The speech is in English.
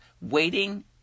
Waiting